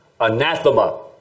anathema